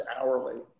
hourly